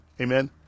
Amen